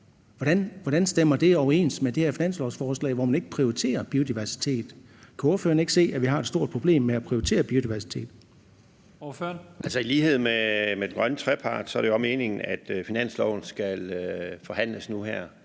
Hvordan stemmer det overens med det her finanslovsforslag, hvor man ikke prioriterer biodiversitet? Kan ordføreren ikke se, at vi har et stort problem med ikke at prioritere biodiversitet? Kl. 13:56 Første næstformand (Leif Lahn Jensen): Ordføreren. Kl.